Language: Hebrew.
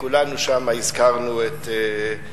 וכולנו שם הזכרנו את,